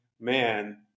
man